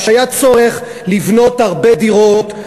כשהיה צורך לבנות הרבה דירות,